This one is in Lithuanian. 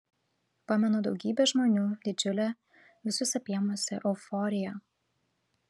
pamenu daugybę žmonių didžiulę visus apėmusią euforiją